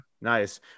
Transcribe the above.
nice